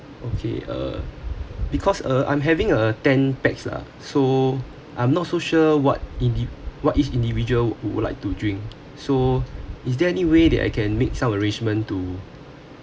okay uh because uh I'm having a ten pax lah so I'm not so sure what indi~ what each individual would like to drink so is there any way that I can make some arrangement to